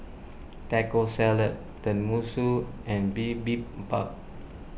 Taco Salad Tenmusu and Bibimbap